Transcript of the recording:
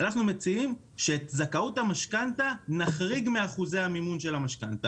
אנחנו מציעים שאת זכאות המשכנתא נחריג מאחוזי המימון של המשכנתא.